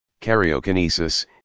karyokinesis